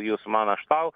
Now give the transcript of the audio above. jūs man aš tau